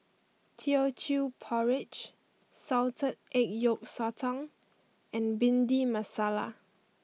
Teochew Porridge Salted Egg Yolk Sotong and Bhindi Masala